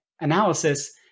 analysis